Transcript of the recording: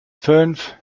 fünf